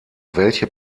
welche